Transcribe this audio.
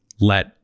let